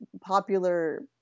popular